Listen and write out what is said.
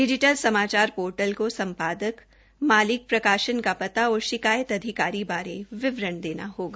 digital समाचार portal को सम्पादक मालिक प्रकाशन का पता और शिकायत अधिकारी बारे विवरण देना होगा